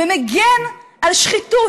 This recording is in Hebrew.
ומגן על שחיתות.